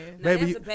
Baby